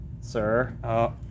sir